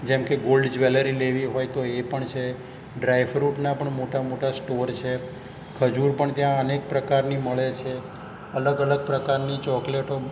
જેમ કે gold jewellery લેવી હોય તો એ પણ છે ડ્રાય ફ્રૂટના પણ મોટા મોટા સ્ટોર છે ખજૂર પણ ત્યાં અનેક પ્રકારની મળે છે અલગ અલગ પ્રકારની ચોકલેટો